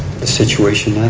the situation